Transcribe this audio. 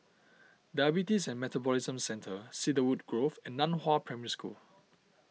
Diabetes and Metabolism Centre Cedarwood Grove and Nan Hua Primary School